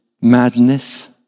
madness